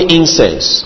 incense